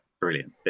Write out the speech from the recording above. brilliant